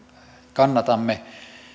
kannatamme